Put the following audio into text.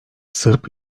sırp